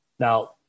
Now